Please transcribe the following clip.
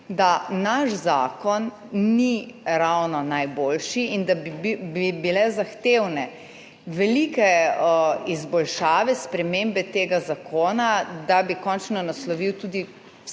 da naš zakon ni ravno najboljši in da bi bile zahtevne velike izboljšave, spremembe tega zakona, da bi končno naslovil tudi